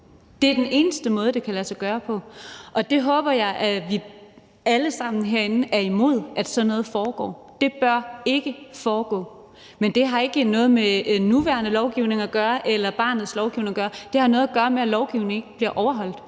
Det er den eneste måde, det kan lade sig gøre på, og jeg håber, at vi alle sammen herinde er imod, at sådan noget foregår. Det bør ikke foregå. Men det har ikke noget med den nuværende lovgivning eller barnets lov at gøre. Det har noget at gøre med, at lovgivningen ikke bliver overholdt,